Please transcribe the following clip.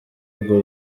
urwo